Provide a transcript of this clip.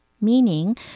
meaning